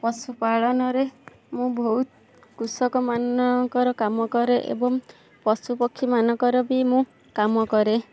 ପଶୁପାଳନରେ ମୁଁ ବହୁତ କୃଷକ ମାନଙ୍କର କାମ କରେ ଏବଂ ପଶୁପକ୍ଷୀ ମାନଙ୍କର ବି ମୁଁ କାମ କରେ